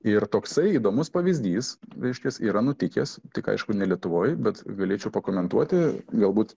ir toksai įdomus pavyzdys reiškias yra nutikęs tik aišku ne lietuvoj bet galėčiau pakomentuoti galbūt